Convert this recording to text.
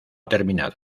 terminado